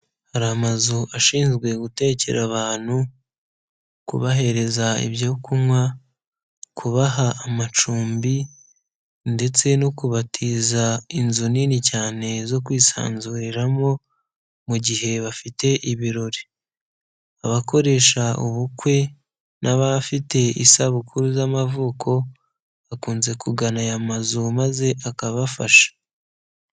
Hari amazu ashinzwe gutekera abantu, kubahereza ibyo kunywa, kubaha amacumbi ndetse no kubatiza inzu nini cyane zo kwisanzuriramo mu gihe bafite ibirori, abakoresha ubukwe n'abafite isabukuru z'amavuko bakunze kugana aya mazu maze akabafasha.